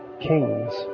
kings